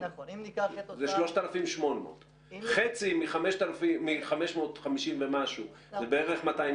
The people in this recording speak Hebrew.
זה 3,800. חצי מ-550 ומשהו זה בערך 270